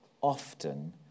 often